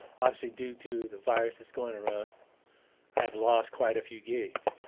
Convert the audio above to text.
obviously due to the virus that's going around i have lost quite a few gigs.